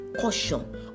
caution